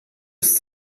ist